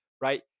Right